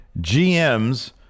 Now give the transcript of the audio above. GMs